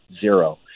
zero